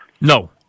No